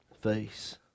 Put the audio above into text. face